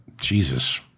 Jesus